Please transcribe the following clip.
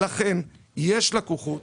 לכן יש לקוחות